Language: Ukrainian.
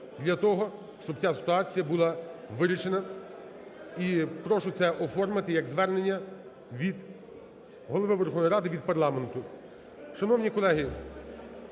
для того, щоб ця ситуація була вирішена. І прошу це оформити як звернення від Голови Верховної Ради, від парламенту. Шановні колеги,